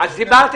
דיברתי